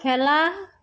খেলা